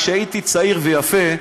עוד כשהייתי צעיר ויפה,